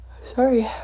sorry